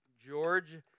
George